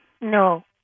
No